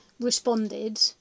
responded